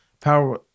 Power